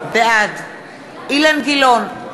בעד אילן גילאון,